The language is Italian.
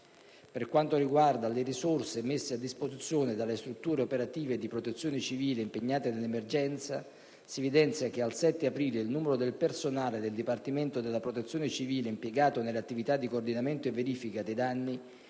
Per quanto riguarda le risorse messe a disposizione dalle strutture operative di protezione civile impegnate in emergenza, si evidenzia che al 7 aprile il numero del personale del Dipartimento della protezione civile impiegato nell'attività di coordinamento e verifica dei danni